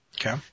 Okay